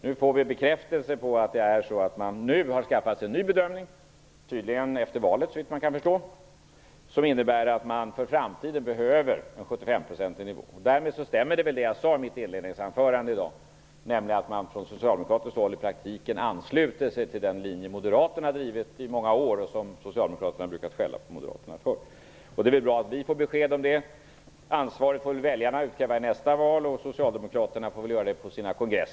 Nu får vi bekräftelse på att man har skaffat sig en ny bedömning - såvitt jag kan förstå efter valet - som innebär att man för framtiden behöver en 75 Det stämmer med det jag sade i mitt inledningsanförande, nämligen att man från socialdemokratiskt håll i praktiken ansluter sig till den linje Moderaterna har drivit i många år och som Socialdemokraterna brukat skälla på Moderaterna för. Det är bra att vi får besked om det. Ansvaret får väljarna utkräva i nästa val, och socialdemokraterna får göra det på sina kongresser.